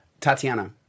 Tatiana